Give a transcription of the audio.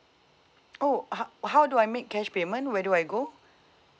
oh h~ how do I make cash payment where do I go